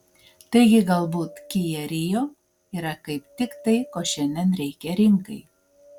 taigi galbūt kia rio yra kaip tik tai ko šiandien reikia rinkai